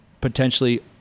potentially